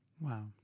Wow